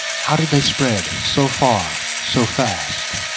how did they spread and so far so fast?